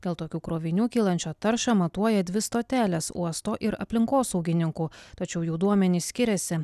dėl tokių krovinių kylančią taršą matuoja dvi stotelės uosto ir aplinkosaugininkų tačiau jų duomenys skiriasi